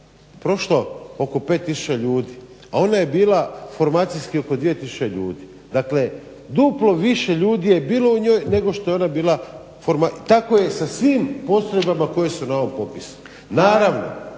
prošlo oko 5 tisuća ljudi, a ona je bila formacijski oko 2 tisuće ljudi. Dakle duplo više je ljudi bilo u njoj nego što je ona bila i tako je sa svim postrojbama koje su na ovom popisu. …